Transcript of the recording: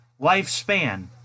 lifespan